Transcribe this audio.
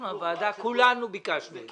אנחנו הוועדה, כולנו ביקשנו את זה.